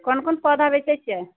कोन कोन पौधा बेचै छियै